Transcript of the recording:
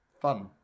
fun